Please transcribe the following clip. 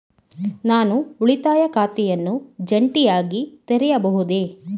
ನಾನು ಉಳಿತಾಯ ಖಾತೆಯನ್ನು ಜಂಟಿಯಾಗಿ ತೆರೆಯಬಹುದೇ?